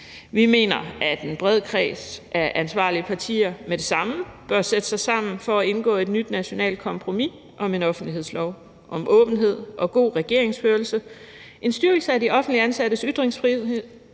Vi mener, at en bred kreds af ansvarlige partier med det samme bør sætte sig sammen for at indgå et nyt nationalt kompromis om en offentlighedslov, om åbenhed og god regeringsførelse, en styrkelse af de offentligt ansattes ytringsfrihed,